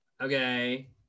Okay